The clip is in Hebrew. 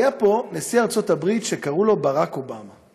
היה פה נשיא ארצות-הברית שקראו לו ברק אובמה.